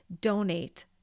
donate